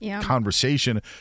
conversation